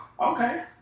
Okay